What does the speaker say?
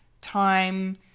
time